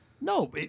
No